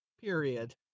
period